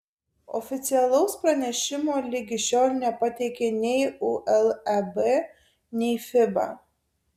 oficialaus pranešimo ligi šiol nepateikė nei uleb nei fiba